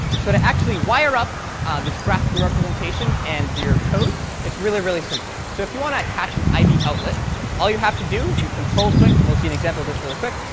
so to actually wire up this graphical representation and your code it's really, really simple. so if you want to attach an iboutlet, all you have to do is you control click, and we'll see an example of this really quick.